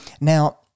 Now